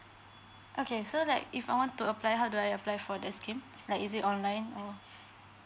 okay so like if I want to apply how do I apply for the scheme like is it online or